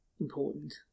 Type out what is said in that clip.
important